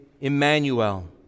Emmanuel